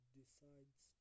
decides